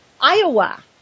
Iowa